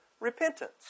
repentance